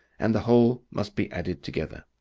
and the whole must be added together.